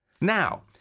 Now